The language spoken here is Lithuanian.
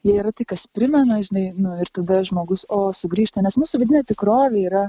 jie yra tai kas primena žinai ir tada žmogus o sugrįžta nes mūsų vidinė tikrovė yra